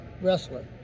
wrestler